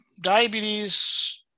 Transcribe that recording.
diabetes